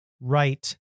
right